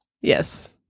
Yes